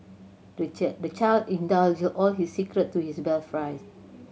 the the child indulged all his secret to his best friend